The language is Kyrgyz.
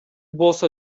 болсо